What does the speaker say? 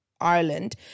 Ireland